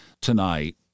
tonight